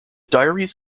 diaries